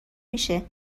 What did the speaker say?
میشه